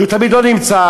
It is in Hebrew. תמיד הוא לא נמצא,